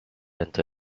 into